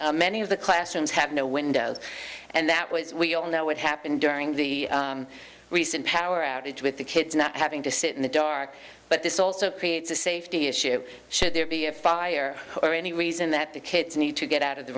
room many of the classrooms have no windows and that was we all know what happened during the recent power outage with the kids not having to sit in the dark but this also creates a safety issue should there be a fire or any reason that the kids need to get out of the